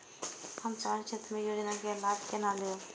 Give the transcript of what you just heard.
हम सामाजिक क्षेत्र के योजना के लाभ केना लेब?